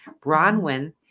Bronwyn